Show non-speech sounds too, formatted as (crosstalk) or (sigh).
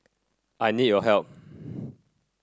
I need your help (noise)